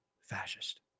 fascist